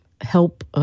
help